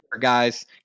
guys